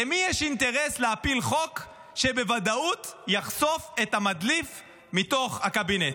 למי יש אינטרס להפיל חוק שבוודאות יחשוף את המדליף מתוך הקבינט?